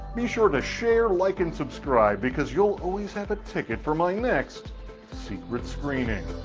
be sure to share, like, and subscribe. because you'll always have a ticket for my next secret screening.